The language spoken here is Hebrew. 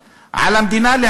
"ככל שרשויות המדינה תבקשנה